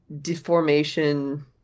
deformation